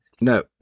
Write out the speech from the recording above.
No